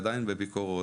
עדיין בביקורות,